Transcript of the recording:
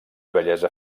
bellesa